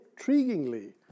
intriguingly